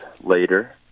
later